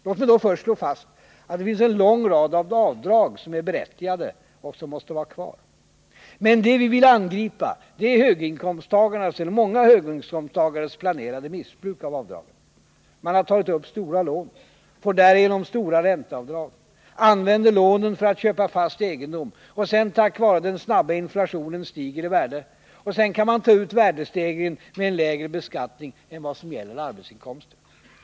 Låt mig då först slå fast att det finns en lång rad avdrag som är berättigade och som måste vara kvar. Men det vi vill angripa är många höginkomsttagares planerade missbruk av avdragen. Man har tagit upp stora lån, får därigenom stora ränteavdrag, använder lånen för att köpa fast egendom som sedan tack vare den snabba inflationen stiger i värde, och sedan kan man ta ut värdestegringen med en lägre beskattning än vad som gäller arbetsinkomsterna.